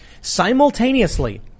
Simultaneously